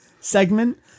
segment